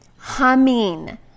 Humming